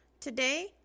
Today